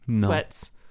sweats